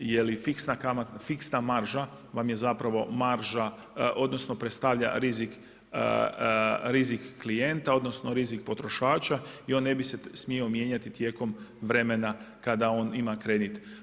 Jer fiksna marža vam je zapravo marža, odnosno predstavlja rizik klijenta, odnosno rizik potrošača i on ne bi se smio mijenjati tijekom vremena kada on ima kredit.